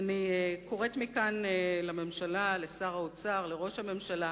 אני קוראת מכאן לממשלה, לשר האוצר ולראש הממשלה